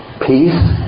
peace